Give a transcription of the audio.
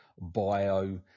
bio